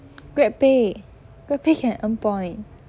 GrabPay GrabPay can earn point